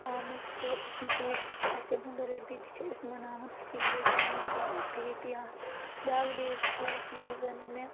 آمٕژ تہٕ یہِ ڈیٹ تہِ چھُ أمۍ سُنٛد بٔرٕتھ ڈے تہِ چھِ أسۍ مَناوان اِسی لیے چھُ مےٚ یہِ ڈیٹ یاد بیاکھ ڈیٹ چھُ یَتھ منٛز زَن مےٚ